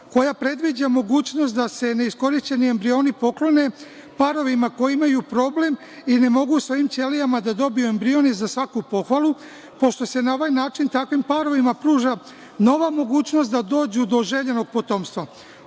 koja predviđa mogućnost da se neiskorišćeni embrioni poklone parovima koji imaju problem i ne mogu svojim ćelijama da dobiju embrion je za svaku pohvalu, pošto se na ovaj način takvim parovima pruža nova mogućnost da dođu do željenog potomstva.